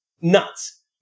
nuts